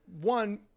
One